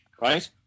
right